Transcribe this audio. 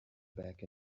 back